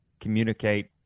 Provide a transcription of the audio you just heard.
communicate